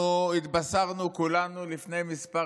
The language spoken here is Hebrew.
אנחנו התבשרנו כולנו לפני כמה